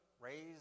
raise